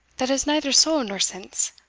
that has neither soul nor sense